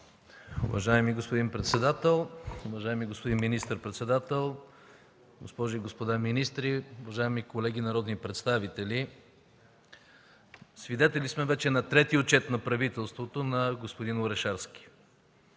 Уважаеми господин председател, уважаеми господин министър-председател, госпожи и господа министри, уважаеми колеги народни представители! Свидетели сме вече на трети отчет на правителството на господин Орешарски.